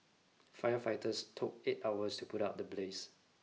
firefighters took eight hours to put out the blaze